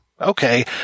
Okay